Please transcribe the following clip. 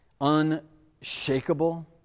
unshakable